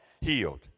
healed